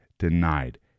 Denied